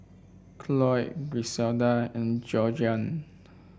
Cloyd Griselda and Georgeann